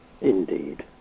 Indeed